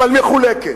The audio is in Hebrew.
אבל מחולקת.